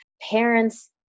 Parents